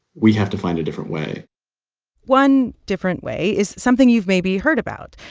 we have to find a different way one different way is something you've maybe heard about,